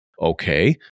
Okay